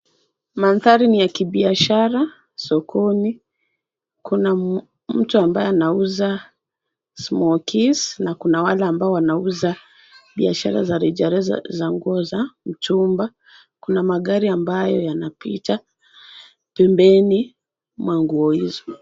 Mandhari ni ya kibiashara sokoni, kuna mtu ambaye anauza smokies ,na kuna wale ambao wanauza biashara za rejareja za nguo za mtumba, kuna magari ambayo yanapita pembeni mwa nguo hizo.